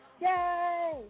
yay